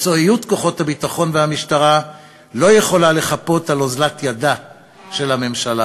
מקצועיות כוחות הביטחון והמשטרה לא יכולה לחפות על אוזלת ידה של הממשלה.